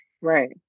right